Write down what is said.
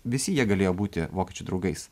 visi jie galėjo būti vokiečių draugais